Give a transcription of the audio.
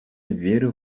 верю